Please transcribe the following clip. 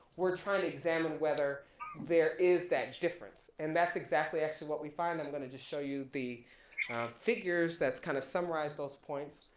we're trying to examine whether there is that difference and that's exactly actually what we find, i'm gonna just show you the figures, that's kind of summarize those points,